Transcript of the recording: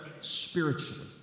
spiritually